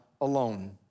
alone